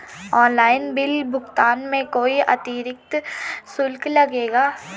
Online bill भुगतान में कोई अतिरिक्त शुल्क लगेगा?